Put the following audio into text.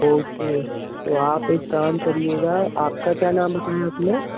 okay तो आप एक काम करिएगा आपका क्या नाम बताया आपने